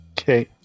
Okay